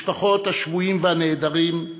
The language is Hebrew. משפחות השבויים והנעדרים,